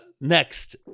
Next